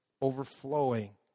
overflowing